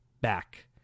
back